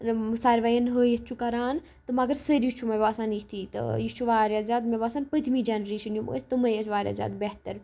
یِم ساروایَن ہٲیِتھ چھُ کَران تہٕ مگر سٲری چھُ مےٚ باسان یِتھی تہٕ یہِ چھُ واریاہ زیادٕ مےٚ باسان پٔتۍمی جَنریشَن یِم ٲسۍ تِمَے ٲسۍ واریاہ زیادٕ بہتر